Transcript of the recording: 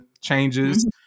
changes